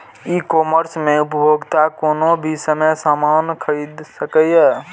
ई commerce मे उपभोक्ता कोनो भी समय सामान खरीद सकैए